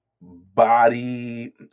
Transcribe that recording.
Body